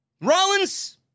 Rollins